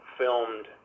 filmed